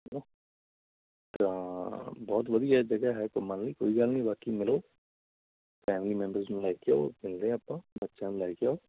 ਹੈ ਨਾ ਹਾਂ ਬਹੁਤ ਵਧੀਆ ਜਗ੍ਹਾ ਹੈ ਘੁੰਮਣ ਲਈ ਕੋਈ ਗੱਲ ਨਹੀਂ ਬਾਕੀ ਮਿਲੋ ਫੈਮਲੀ ਮੈਂਬਰਜ ਨੂੰ ਲੈ ਕੇ ਆਓ ਮਿਲਦੇ ਹਾਂ ਆਪਾਂ ਬੱਚਿਆਂ ਨੂੰ ਲੈ ਕੇ ਆਓ